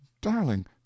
darling